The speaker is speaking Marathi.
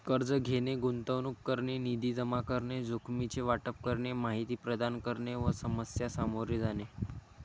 कर्ज घेणे, गुंतवणूक करणे, निधी जमा करणे, जोखमीचे वाटप करणे, माहिती प्रदान करणे व समस्या सामोरे जाणे